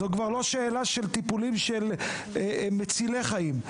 זו כבר לא שאלה של טיפולים מצילי חיים.